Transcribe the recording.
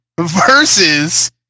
versus